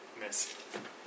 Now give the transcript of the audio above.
Miss